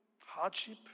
hardship